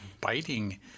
biting